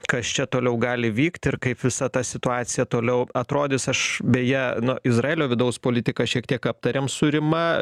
kas čia toliau gali vykt ir kaip visa ta situacija toliau atrodys aš beje nu izraelio vidaus politiką šiek tiek aptarėm su rima